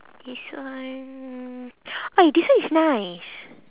this one !oi! this one is nice